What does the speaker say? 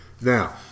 Now